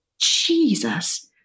Jesus